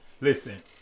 Listen